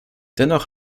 dennoch